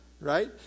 right